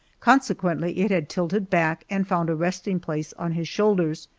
consequently it had tilted back and found a resting place on his shoulders,